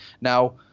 Now